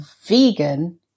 vegan